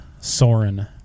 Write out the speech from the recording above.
Soren